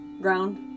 ground